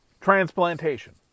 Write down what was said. transplantation